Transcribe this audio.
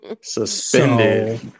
Suspended